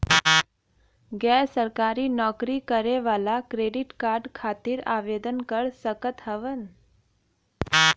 गैर सरकारी नौकरी करें वाला क्रेडिट कार्ड खातिर आवेदन कर सकत हवन?